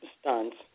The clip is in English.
Stunts